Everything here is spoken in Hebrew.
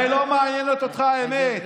הרי לא מעניינת אותך האמת,